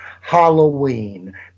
Halloween